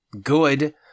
good